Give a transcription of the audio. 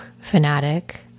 fanatic